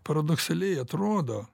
paradoksaliai atrodo